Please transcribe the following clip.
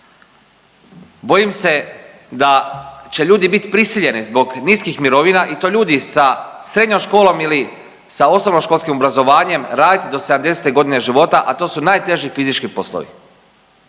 Bojim se da će ljudi biti prisiljeni zbog niskih mirovina i to ljudi sa srednjom školom ili sa osnovnoškolskim obrazovanjem raditi do 70-te godine života, a to su najteži fizički poslovi.